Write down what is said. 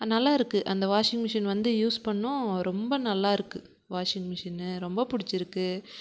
நல்லாயிருக்கு அந்த washing machine வந்து யூஸ் பண்ணோம் ரொம்ப நல்லா இருக்குது வாஷிங் மிஷினு ரொம்ப பிடிச்சிருக்கு